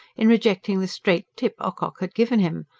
in rejecting the straight tip ocock had given him?